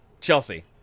Chelsea